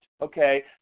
okay